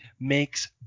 makes